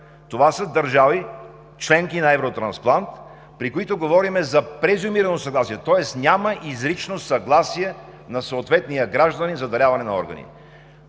това са държави – членки на Евротрансплант, при които говорим за презюмирано съгласие, тоест няма изрично съгласие на съответния гражданин за даряване на органи.